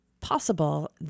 possible